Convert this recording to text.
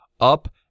up